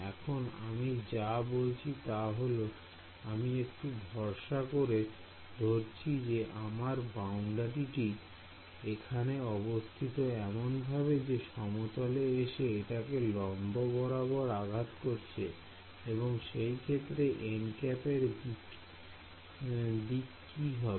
এখন আমি যা বলছি তা হল আমি একটু ভরসা করে ধরছি যে আমার বাউন্ডারিটি এখানে অবস্থিত এমনভাবে যে সমতল এসে এটাকে লম্ব বরাবর আঘাত করছে এবং সেই ক্ষেত্রে nˆ এর দিক কি হবে